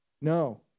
No